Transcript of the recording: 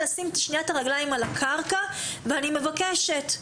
אני מבקשת,